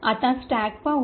आता स्टॅक पाहू